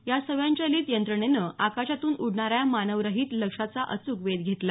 या स्वयंचलित यंत्रणेने आकाशातून उडणाऱ्या मानवरहित लक्ष्याचा अचूक वेध घेतला